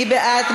מי בעד?